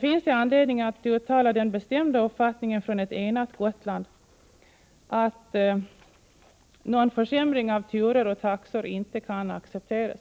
finns det anledning att uttala den bestämda uppfattningen från ett enat Gotland att någon försämring av turer och taxor inte kan accepteras.